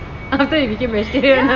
after he bacame vegetarian right